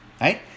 right